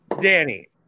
Danny